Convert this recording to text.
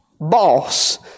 Boss